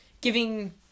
giving